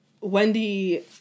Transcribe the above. Wendy